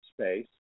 space